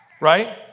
Right